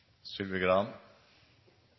Sylvi